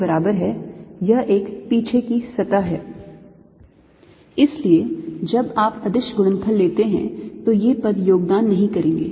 backsurfacex l2 इसलिए जब आप अदिश गुणनफल लेते हैं तो ये पद योगदान नहीं करेंगे